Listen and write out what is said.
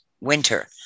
winter